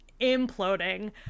imploding